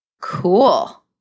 Cool